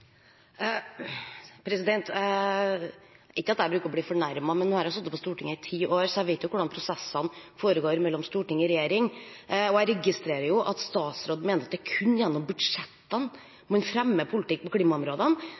Ikke at jeg bruker å bli fornærmet, men nå har jeg sittet på Stortinget i ti år, så jeg vet jo hvordan prosessene foregår mellom storting og regjering, og jeg registrerer at statsråden mener at det kun er gjennom budsjettene man fremmer politikk på klimaområdene.